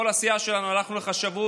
כל הסיעה שלנו הלכה לחשבות,